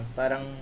parang